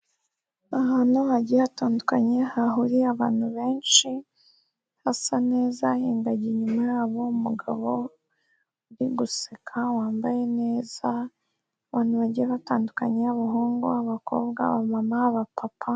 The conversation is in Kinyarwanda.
Ahantu hagiye hatandukanye hahuriye abantu benshi hasa neza; ari ingagi inyuma yabo, umugabo uri guseka wambaye neza, abantu bagiye batandukanye; abahungu, abakobwa, abamama, aba papa.